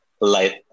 light